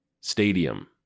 stadium